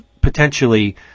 potentially